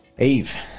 Eve